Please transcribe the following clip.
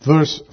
Verse